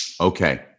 Okay